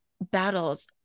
battles